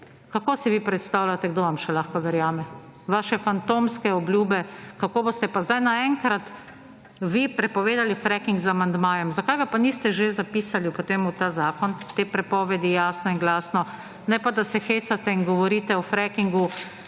Kako si vi predstavljate kdo vam še lahko verjame? Vaše fantomske obljube, kako boste pa sedaj naenkrat vi prepovedali fracking z amandmajem. Zakaj ga pa niste že zapisali potem v ta zakon, te prepovedi jasno in glasno? Ne pa da se hecate in govorite o frackingu.